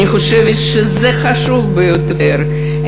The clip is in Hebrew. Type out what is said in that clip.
אני חושבת שזה חשוב ביותר.